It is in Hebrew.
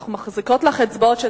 אנחנו מחזיקות לך אצבעות שתצליחי,